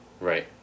right